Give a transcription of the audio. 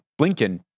Blinken